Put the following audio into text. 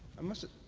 i message